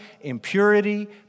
impurity